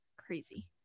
crazy